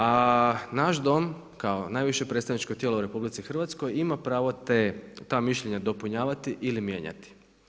A naš Dom kao najviše predstavničko tijelo u RH ima pravo ta mišljenja dopunjavati ili mijenjati.